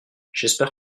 j’espère